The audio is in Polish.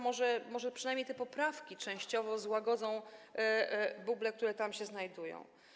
Może przynajmniej te poprawki częściowo złagodzą buble, które tam się znajdują.